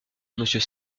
monsieur